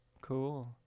Cool